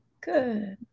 Good